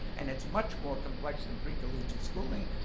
and it's much more complex than pre-collegiate schooling.